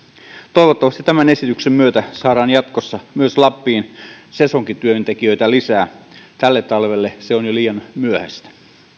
toivottavasti tämän esityksen myötä saadaan jatkossa myös lappiin sesonkityöntekijöitä lisää tälle talvelle se on jo liian myöhäistä